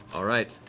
all right.